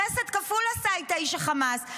חסד כפול עשה איתה איש החמאס".